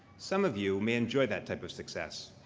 some of you may enjoy that type of success,